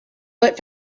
but